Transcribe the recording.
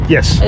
Yes